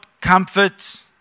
comfort